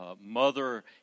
mother